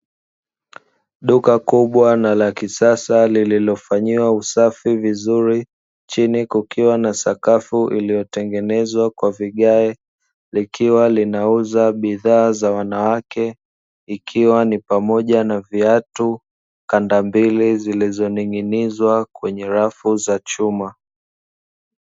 Duka kubwa na la kisasa lililofanyiwa usafi vizuri chini kukiwa na sakafu iliyotengenezwa kwa vigae, likiwa linauza bidhaa za wanawake ikiwa ni pamoja na viatu, kandambili zilizoning'inizwa kwenye rafu za chuma.